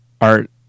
art